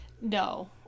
No